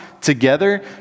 together